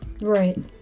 Right